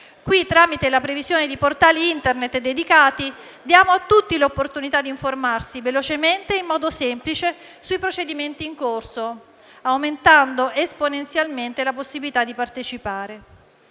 testo, tramite la previsione di portali Internet dedicati, diamo a tutti l'opportunità di informarsi velocemente e in modo semplice sui procedimenti in corso, aumentando esponenzialmente la possibilità di partecipare.